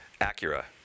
Acura